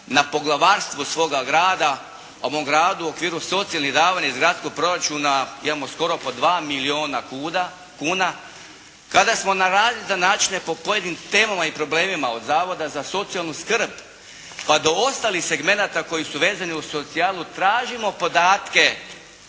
na poglavarstvu svoga grada a u mom gradu u okviru socijalnih davanja iz gradskog proračuna imamo skoro pa 2 milijuna kuna. Kada smo na različite načine po pojedinim temama i problemima od Zavoda za socijalnu skrb pa do ostalih segmenata koji su vezani uz socijalu tražimo podatke